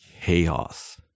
chaos